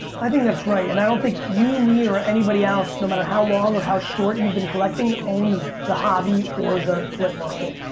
i think that's right and i don't think you, me, or anybody else no matter how long or how short you've been collecting owns the hobby or the flip market.